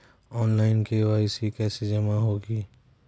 Online KYC कैसे जमा होगी?